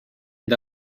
end